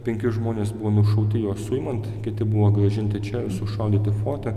penki žmonės buvo nušauti juos suimant kiti buvo grąžinti čia ir sušaudyti forte